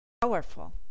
powerful